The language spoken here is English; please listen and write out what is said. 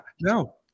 no